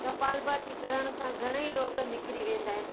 कपालभाती करण सां घणेई रोॻ निकिरी वेंदा आहिनि